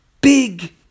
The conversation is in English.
Big